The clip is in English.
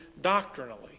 doctrinally